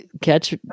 catch